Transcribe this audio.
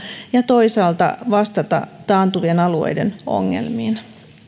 ja ja toisaalta vastata taantuvien alueiden ongelmiin